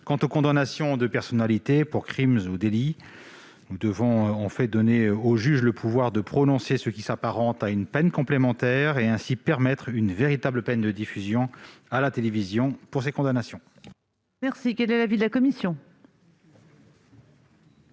quant aux condamnations de personnalités pour crimes ou délits. En fait, cela donne aux juges le pouvoir de prononcer ce qui s'apparente à une peine complémentaire. Nous voulons instituer une véritable peine de diffusion à la télévision de ces condamnations. Quel est l'avis de la commission ?